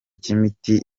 cy’imiti